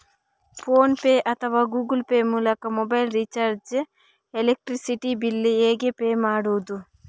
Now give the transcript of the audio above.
Phone pay ಅಥವಾ Google Pay ಮೂಲಕ mobile recharge, electricity bill ಹೇಗೆ ಪೇ ಮಾಡುವುದು?